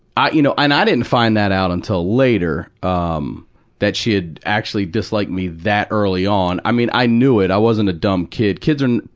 i, you know and i didn't find that out until later, um that she had actually disliked me that early on. i mean, i knew it, i wasn't a dumb kid. kids are,